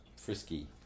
frisky